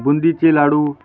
बुंदीचे लाडू